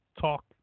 talk